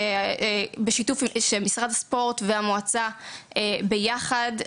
שמשרד הספורט והמועצה ביחד,